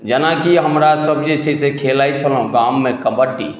जेनाकि हमरा सब जे छै से खेलाइ छलहुँ गाममे कबड्डी